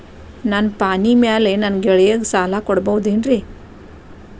ನನ್ನ ಪಾಣಿಮ್ಯಾಲೆ ನನ್ನ ಗೆಳೆಯಗ ಸಾಲ ಕೊಡಬಹುದೇನ್ರೇ?